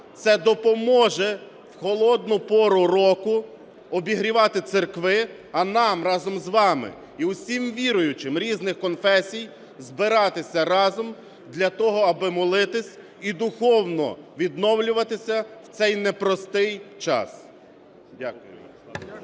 Це допоможе в холодну пору року обігрівати церкви, а нам разом з вами і усім віруючим різних конфесій збиратися разом для того, аби молитись і духовно відновлюватися в цей непростий час. Дякую.